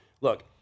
look